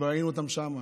ראינו אותם שם,